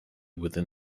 within